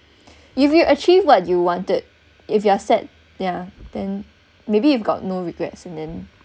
if you achieve what you wanted if you are sad yeah then maybe if you got no regrets and then